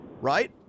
Right